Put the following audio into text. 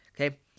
Okay